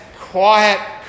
quiet